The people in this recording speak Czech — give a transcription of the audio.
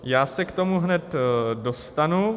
Já se k tomu hned dostanu.